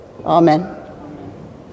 Amen